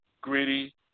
Gritty